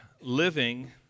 living